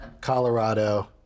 Colorado